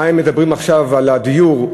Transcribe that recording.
מה הם מדברים עכשיו על הדיור?